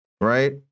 right